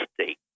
State